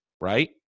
right